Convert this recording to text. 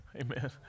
Amen